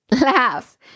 laugh